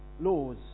laws